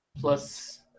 plus